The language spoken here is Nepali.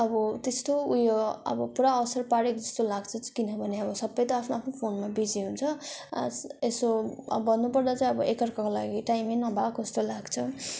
अब त्यस्तो उयो अब पुरा असर पारेको जस्तो लाग्छ किनभने अब सबै त अब आफ्नो आफ्नो फोनमा बिजी हुन्छ यस यसो अब भन्नुपर्दा चाहिँ अब एक अर्काको लागि टाइमै नभएको जस्तो लाग्छ